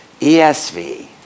ESV